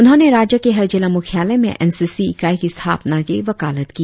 उन्होंने राज्य के हर जिला मुख्यालय में एन सी सी इकाई की स्थापना की वकालत की